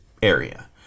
area